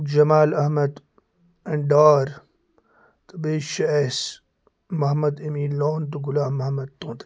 جَمال احمد ڈار تہٕ بیٚیہِ چھُ اَسہِ محمد امیٖن لون تہٕ غُلام محمد توٚترے